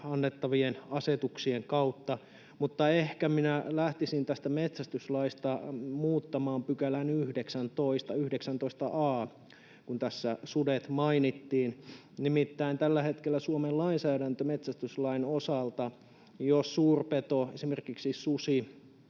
annettavien asetuksien kautta. Mutta ehkä minä lähtisin tästä metsästyslaista muuttamaan 19 a §:ää, kun tässä sudet mainittiin. Nimittäin tällä hetkellä Suomen lainsäädännössä metsästyslain osalta, jos suurpeto, esimerkiksi susi,